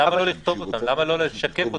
למה לא לשקף אותם?